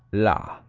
la,